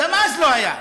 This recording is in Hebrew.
גם אז לא היה.